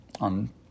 on